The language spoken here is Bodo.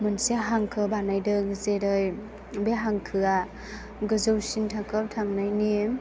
मोनसे हांखो बानायदों जेरै बे हांखोआ गोजौसिन थाखोआव थांनायनि